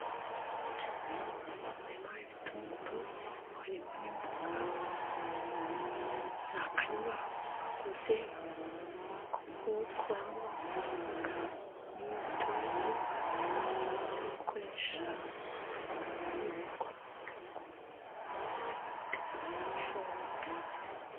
Ni umurima w'ibitunguru harimo n'imboga, akarima bakoze ko gukuramo imboga n'ibitunguru byo gukoresha bari gukora mu rugo, ndetse banategura ifunguro ryuzuye.